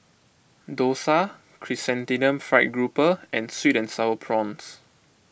Dosa Chrysanthemum Fried Grouper and Sweet and Sour Prawns